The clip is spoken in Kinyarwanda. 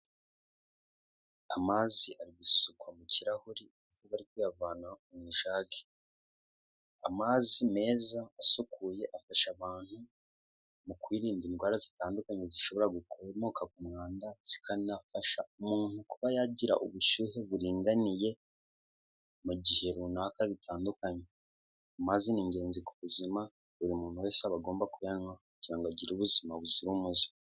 Amazi ari gusukwa mu kirahuri bayavana mu ijake. Amazi meza asukuye afasha abantu mu kwirinda indwara zitandukanye zishobora gukomoka ku mwanda, zikanafasha umuntu kuba yagira ubushyuhe buringaniye mu gihe runaka bitandukanye. Amazina ni ingenzi ku buzima, buri muntu wese aba agomba kuyanywa kugira agire ubuzima buzira umuze.